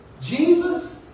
Jesus